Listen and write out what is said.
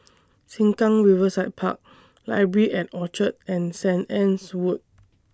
Sengkang Riverside Park Library At Orchard and Sanit Anne's Wood